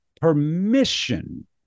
permission